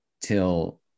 till